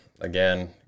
Again